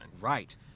Right